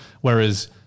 Whereas